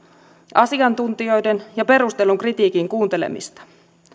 asiantuntijoiden ja perustellun kritiikin kuuntelemista